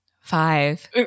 five